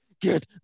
get